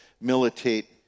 militate